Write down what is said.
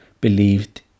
believed